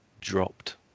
dropped